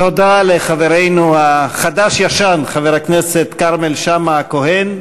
תודה לחברנו החדש-ישן, חבר הכנסת כרמל שאמה-הכהן.